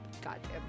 goddamn